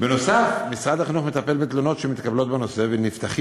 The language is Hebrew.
נוסף על